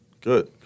Good